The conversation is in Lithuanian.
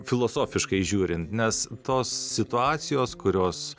filosofiškai žiūrint nes tos situacijos kurios